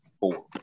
four